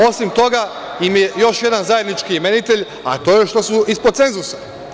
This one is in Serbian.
Osim toga im je još jedan zajednički imenitelj, a to je što su ispod cenzusa.